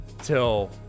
till